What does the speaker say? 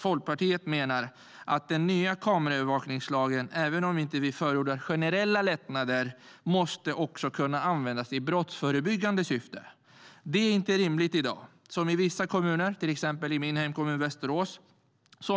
Folkpartiet menar att den nya kameraövervakningslagen, även om vi inte förordar generella lättnader, också måste kunna användas i ett brottsförebyggande syfte. Det är inte rimligt som det är i dag i vissa kommuner, till exempel i min hemkommun Västerås.